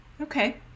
Okay